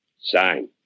sign